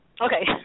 Okay